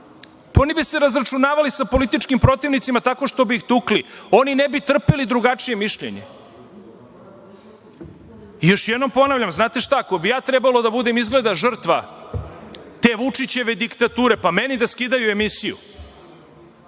Oni bi se razračunavali sa političkim protivnicima tako što bi ih tukli, oni ne bi trpeli drugačije mišljenje. Još jednom ponavljam, znate šta, ako bih ja trebao da budem izgleda žrtva te Vučićeve diktature, pa meni da skidaju emisiju,